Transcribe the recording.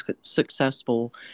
successful